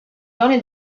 zone